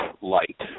light